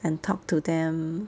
and talk to them